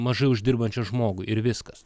mažai uždirbančiui žmogui ir viskas